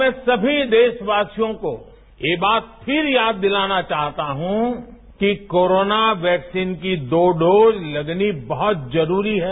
मैं सभी देशवासियों को फ़िर यह बात दिलाना चाहता हूं कि कोरोना वैक्सीन को दो डोज लगनी बहुत जरूरी है